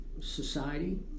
society